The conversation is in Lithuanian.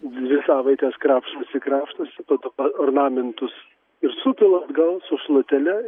dvi savaites krapštosi krapštosi po to pa ornamentus ir supila atgal su šluotele